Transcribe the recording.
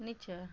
निचाँ